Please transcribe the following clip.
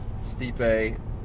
Stipe